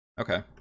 Okay